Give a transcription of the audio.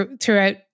throughout